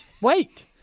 Wait